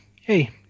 hey